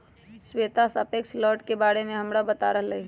श्वेता सापेक्ष लौटे के बारे में हमरा बता रहले हल